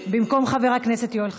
במקום חבר הכנסת יואל חסון.